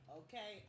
okay